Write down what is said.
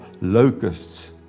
locusts